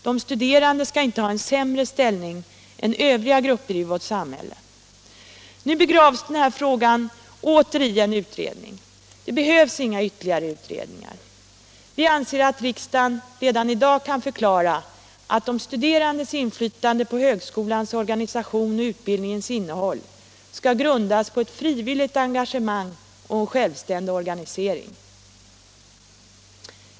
De studerande skall inte ha sämre ställning än Övriga grupper i vårt samhälle. Nu begravs denna fråga åter i en utredning. Det behövs inga ytterligare utredningar. Vi anser att riksdagen redan i dag kan förklara att de studerandes inflytande på högskolans organisation och utbildningens innehåll skall grundas på ett frivilligt engagemang och en självständig organisering.